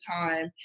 time